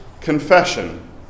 confession